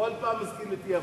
כל פעם מזכירים את יוון.